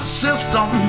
system